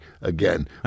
again